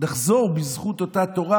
שנחזור בזכות אותה תורה,